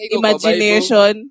imagination